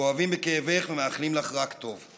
כואבים את כאבך ומאחלים לך רק טוב.